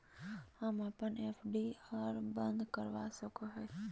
हम अप्पन एफ.डी आ बंद करवा सको हियै